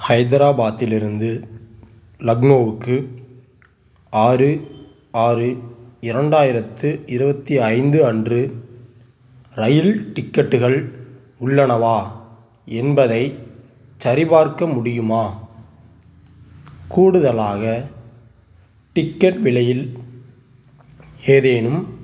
ஹைதராபாத்திலிருந்து லக்னோவுக்கு ஆறு ஆறு இரண்டாயிரத்து இருபத்தி ஐந்து அன்று ரயில் டிக்கெட்டுகள் உள்ளனவா என்பதை சரிபார்க்க முடியுமா கூடுதலாக டிக்கெட் விலையில் ஏதேனும்